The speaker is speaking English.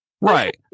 Right